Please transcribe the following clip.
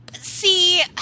See